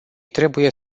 trebuie